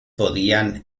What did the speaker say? podían